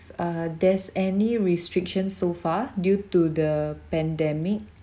uh there's any restrictions so far due to the pandemic